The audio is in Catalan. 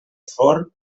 forn